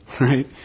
right